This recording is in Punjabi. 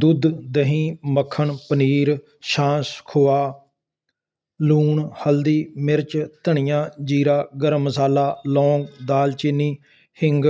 ਦੁੱਧ ਦਹੀਂ ਮੱਖਣ ਪਨੀਰ ਸ਼ਾਸ਼ ਖੋਆ ਲੂਣ ਹਲਦੀ ਮਿਰਚ ਧਨੀਆ ਜੀਰਾ ਗਰਮ ਮਸਾਲਾ ਲੌਂਗ ਦਾਲ ਚੀਨੀ ਹਿੰਗ